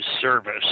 service